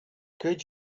could